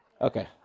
Okay